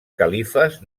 califes